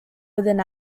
within